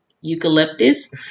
eucalyptus